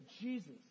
Jesus